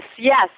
Yes